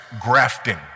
grafting